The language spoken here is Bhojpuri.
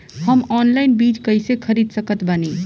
हम ऑनलाइन बीज कइसे खरीद सकत बानी?